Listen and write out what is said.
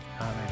Amen